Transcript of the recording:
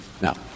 Now